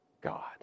God